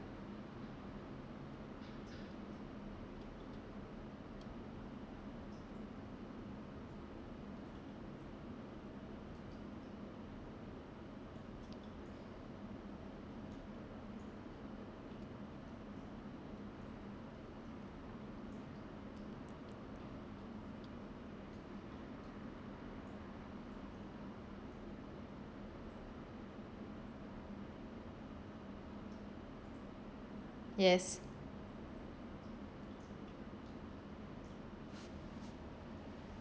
yes